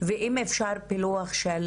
ואם אפשר פילוח של